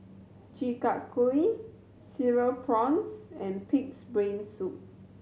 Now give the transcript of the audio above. Chi Kak Kuih Cereal Prawns and Pig's Brain Soup